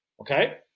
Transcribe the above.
okay